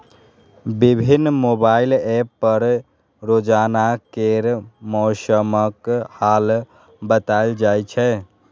विभिन्न mobile app पर रोजाना केर मौसमक हाल बताएल जाए छै